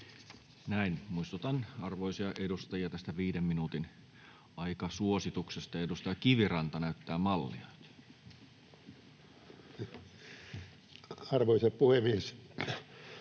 Näin. — Muistutan arvoisia edustajia tästä viiden minuutin aikasuosituksesta. — Edustaja Kiviranta näyttää mallia. [Speech